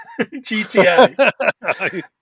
GTA